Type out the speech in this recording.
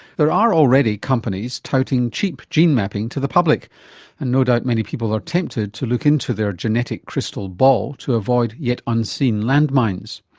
there are already companies touting cheap gene mapping to the public and doubt many people are tempted to look into their genetic crystal ball to avoid yet unseen landmines.